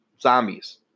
Zombies